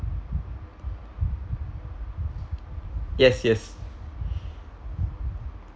yes yes